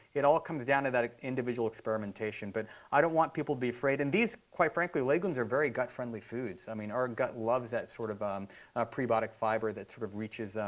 it all comes down to that individual experimentation. but i don't want people to be afraid. and quite frankly, legumes are very gut-friendly foods i mean our gut loves that sort of um prebiotic fiber that sort of reaches them,